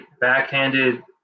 backhanded